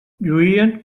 lluïen